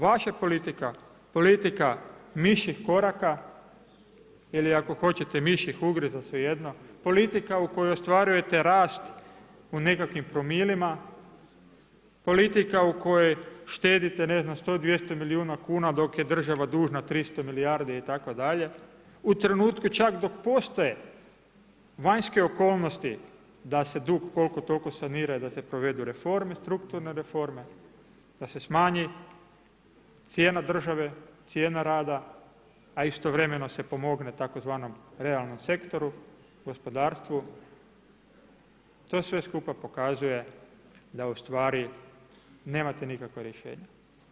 Vaša politika, politika mišjih koraka ili ako hoćete mišjih ugriza, svejedno, politika u kojoj ostvarujete rast u nekakvim promilima, politika u kojoj štedite ne znam, 100, 200 milijuna kuna dok je država dužna milijardi itd., u trenutku čak dok postoje vanjske okolnosti da se dug koliko toliko sanira, da se provedu reforme strukturne, da se smanji cijena države, cijena rada a istovremeno se pomogne tzv. realnom sektoru, gospodarstvu to sve skupa pokazuje da ustvari nemate nikakva rješenja.